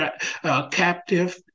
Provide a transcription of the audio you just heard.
captive